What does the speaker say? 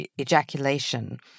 ejaculation